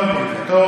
לא פוליטיקה.